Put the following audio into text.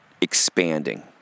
expanding